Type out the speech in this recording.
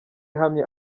ihamye